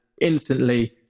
instantly